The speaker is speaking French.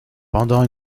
pendant